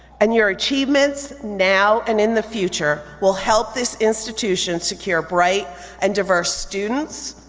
and your achievements now and in the future will help this institution secure bright and diverse students,